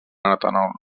etanol